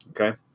Okay